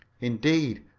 indeed,